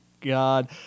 god